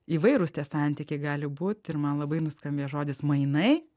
įvairūs tie santykiai gali būt ir man labai nuskambėjo žodis mainai